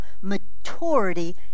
maturity